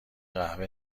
قهوه